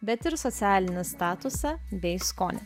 bet ir socialinį statusą bei skonį